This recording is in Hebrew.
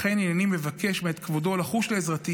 לכן הינני מבקש מאת כבודו לחוש לעזרתי